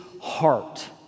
heart